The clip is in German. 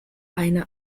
eine